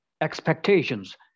expectations